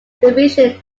division